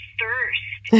thirst